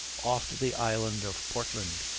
oft the island of portland,